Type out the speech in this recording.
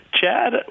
chad